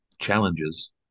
challenges